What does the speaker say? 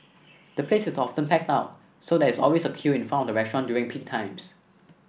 the place is often packed out so there is always a queue in front of restaurant during peak times